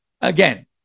again